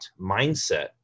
mindset